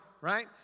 right